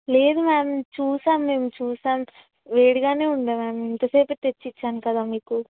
లేదు మ్యామ్ చూశాము మేము చూశాము వేడిగానే ఉన్నది మ్యామ్ ఇంతసేపే తెచ్చి ఇచ్చాను కదా మీకు